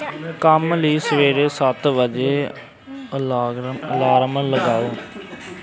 ਕੰਮ ਲਈ ਸਵੇਰੇ ਸੱਤ ਵਜੇ ਅਲਾਗਰਮ ਅਲਾਰਮ ਲਗਾਓ